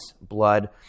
blood